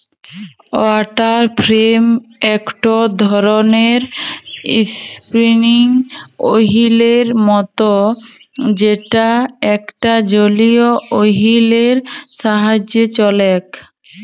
water frame একটো ধরণের spinning ওহীলের মত যেটা একটা জলীয় ওহীল এর সাহায্যে চলেক